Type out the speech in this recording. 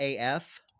AF